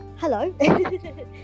hello